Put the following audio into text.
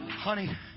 Honey